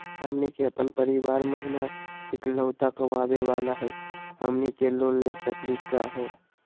हमनी के अपन परीवार महिना एकलौता कमावे वाला हई, हमनी के लोन ले सकली का हो?